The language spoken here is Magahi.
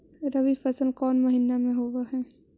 रबी फसल कोन महिना में होब हई?